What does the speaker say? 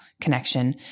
connection